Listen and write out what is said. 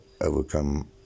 overcome